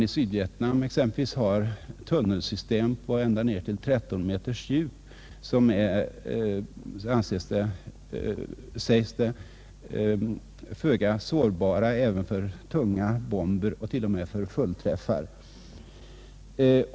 I Sydvietnam exempelvis har man tunnelsystem på ända ned till 13 meters djup, som sägs vara föga sårbara även för tunga bomber och t.o.m. för fullträffar.